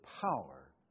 power